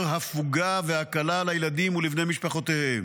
הפוגה והקלה לילדים ולבני משפחותיהם,